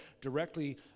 directly